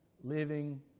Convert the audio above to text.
living